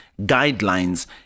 guidelines